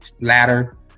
ladder